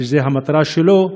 שזאת המטרה שלו,